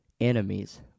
enemies